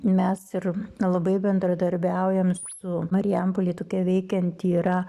mes ir labai bendradarbiaujam su marijampolėj tokia veikianti yra